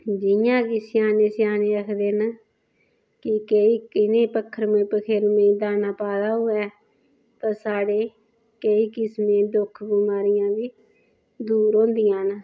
जि'यां कि स्याने स्याने आखदे ना कि इ'नेंगी पक्खरू पक्खरू गी दाना पाए दा होऐ ते साढ़े केई किस्म दे बिमारी जेह्ड़ी दूर होंदियां न